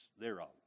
thereof